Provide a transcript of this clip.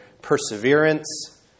perseverance